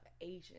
Asian